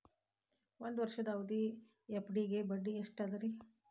ಒಂದ್ ವರ್ಷದ ಅವಧಿಯ ಎಫ್.ಡಿ ಗೆ ಬಡ್ಡಿ ಎಷ್ಟ ಅದ ರೇ?